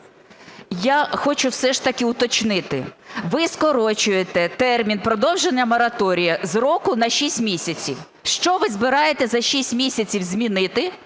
Я хочу все ж таки уточнити. Ви скорочуєте термін продовження мораторію з року на 6 місяців. Що ви збираєтесь за 6 місяців змінити,